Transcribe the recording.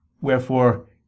Wherefore